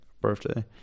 birthday